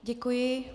Děkuji.